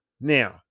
Now